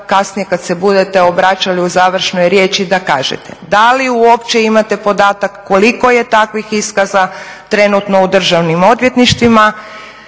kasnije kad se budete obraćali u završnoj riječi da kažete da li uopće imate podatak koliko je takvih iskaza trenutno u državnim odvjetništvima,